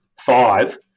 five